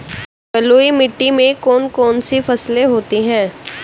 बलुई मिट्टी में कौन कौन सी फसलें होती हैं?